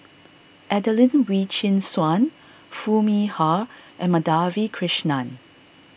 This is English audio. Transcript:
Adelene Wee Chin Suan Foo Mee Har and Madhavi Krishnan